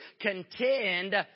contend